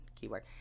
keyword